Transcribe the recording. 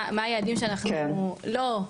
מה היעדים שאנחנו לא,